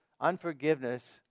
unforgiveness